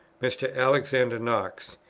mr. alexander knox.